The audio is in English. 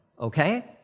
okay